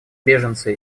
беженцы